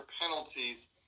penalties